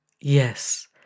Yes